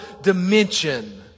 dimension